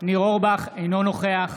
אינו נוכח